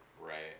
Right